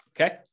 okay